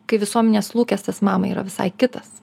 kai visuomenės lūkestis mamai yra visai kitas